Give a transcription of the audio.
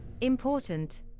important